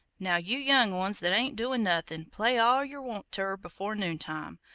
now, you young ones that ain't doin' nothin', play all yer want ter before noontime,